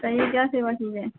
बताइए क्या सेवा की जाए